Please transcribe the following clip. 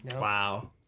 Wow